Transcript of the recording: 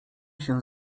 się